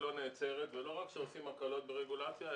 שלא נעצרת ולא רק שעושים הקלות ברגולציה,